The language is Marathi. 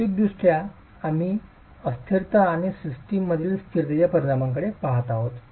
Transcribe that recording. भौतिकदृष्ट्या आम्ही अस्थिरता आणि सिस्टममधील अस्थिरतेच्या परिणामाकडे पहात आहोत